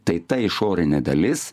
tai ta išorinė dalis